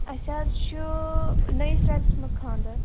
اَسہِ حظ چھُو نٔوِس رٮ۪تَس منٛز خانٛدر